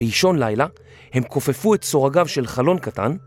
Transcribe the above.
באישון לילה הם כופפו את סורגיו של חלון קטן.